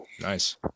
nice